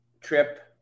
trip